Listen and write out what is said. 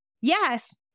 yes